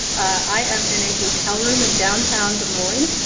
i am in a hotel room in downtown des moines,